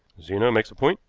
zena makes a point,